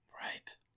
Right